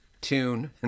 tune